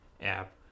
app